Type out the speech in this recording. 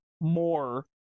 more